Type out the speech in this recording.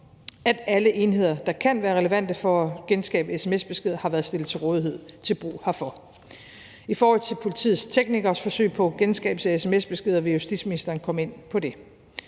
at alle enheder, der kan være relevante for at genskabe sms-beskeder, har været stillet til rådighed til brug herfor. I forhold til politiets teknikeres forsøg på genskabelse af sms-beskeder vil justitsministeren komme ind på det.